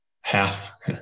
half